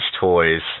toys